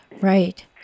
right